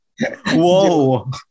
Whoa